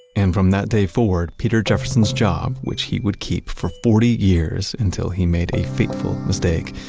and from that day forward peter jefferson's job, which he would keep for forty years until he made a fateful mistake,